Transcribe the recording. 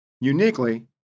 Uniquely